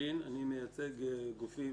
מגיע לסכומים האלה.